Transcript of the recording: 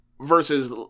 versus